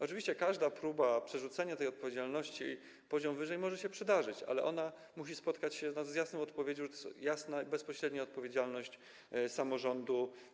Oczywiście każda próba przerzucenia tej odpowiedzialności poziom wyżej może się przydarzyć, ale ona musi spotkać się z jasną odpowiedzią, że to jest jasne, to jest bezpośrednia odpowiedzialność samorządu.